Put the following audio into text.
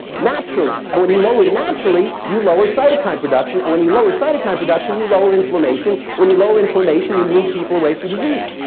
naturally, and when you lower naturally, you lower cytokine production, and when you lower cytokine production, you lower inflammation, and when you lower inflammation, you move people away from disease.